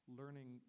learning